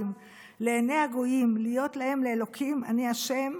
לעיני הגּוֹיִם לִהְיֹת להם לֵאלֹהִים אני ה'".